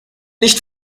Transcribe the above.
nicht